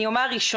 אני אומר ראשוני.